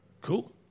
Cool